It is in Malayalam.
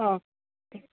ഓ